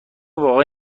واقعا